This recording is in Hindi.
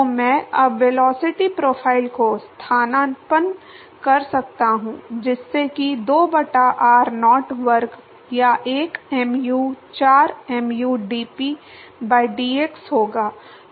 तो मैं अब वेलोसिटी प्रोफाइल को स्थानापन्न कर सकता हूं जिससे कि 2 बटा r naught वर्ग या एक mu 4 mu dp by dx होगा